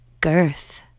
Girth